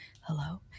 hello